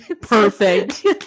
perfect